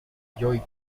joe